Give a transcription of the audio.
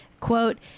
quote